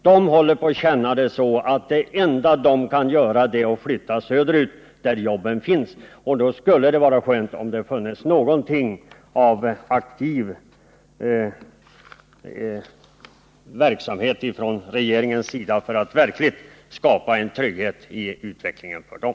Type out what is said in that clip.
De börjar känna som att det enda de kan göra äratt flytta söderut, där jobben finns. Därför skulle det vara glädjande om det fanns någonting av aktiv verksamhet från regeringens sida för att verkligen skapa trygghet i utvecklingen för dem.